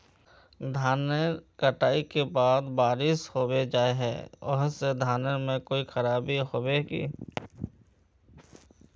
धानेर कटाई के बाद बारिश होबे जाए है ओ से धानेर में कोई खराबी होबे है की?